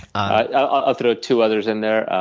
i'll throw two others in there.